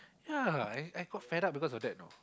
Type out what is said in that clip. ya I I got fed up because of that you know